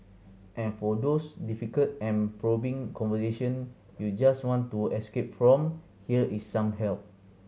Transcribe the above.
and for those difficult and probing conversation you just want to escape from here is some help